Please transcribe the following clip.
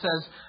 says